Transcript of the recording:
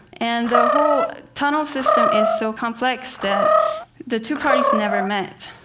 and the whole tunnel system is so complex that the two parties never met.